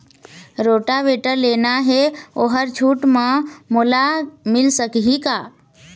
Rotavator लेना हे ओहर छूट म मोला मिल सकही का?